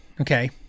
okay